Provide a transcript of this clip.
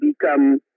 become